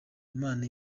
imana